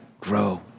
grow